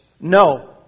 no